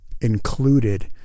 included